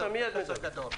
גדול.